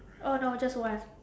oh no just one